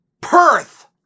Perth